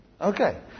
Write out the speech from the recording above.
Okay